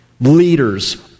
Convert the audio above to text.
leaders